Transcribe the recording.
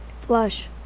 Flush